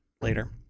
later